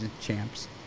champs